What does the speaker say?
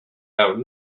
have